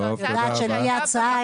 את יודעת של מי ההצעה?